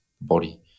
body